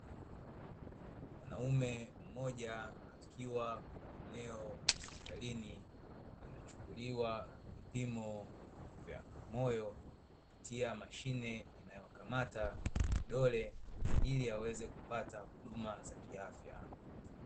Mwanaume mmoja akiwa katika eneo la hospitalini, anachukuliwa vipimo vya moyo, kupitia mashine inayokamata kidole ili aweze kupata huduma ya kiafya.